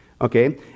okay